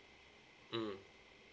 mm